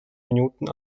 minuten